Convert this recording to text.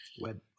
web